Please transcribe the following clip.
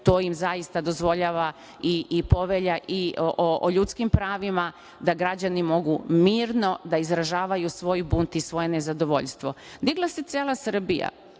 to im zaista dozvoljava i Povelja o ljudskim pravima, da građani mogu mirno da izražavaju svoj bunt i svoje nezadovoljstvo. Digla se cela Srbija